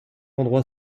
endroit